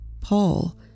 Paul